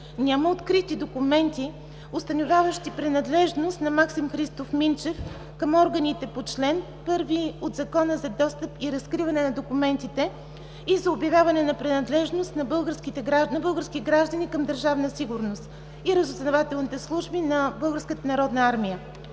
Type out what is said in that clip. няма открити документи, установяващи принадлежност на Максим Христов Минчев към органите по чл. 1 от Закона за достъп и разкриване на документите и за обявяване на принадлежност на български граждани към Държавна сигурност и разузнавателните служби на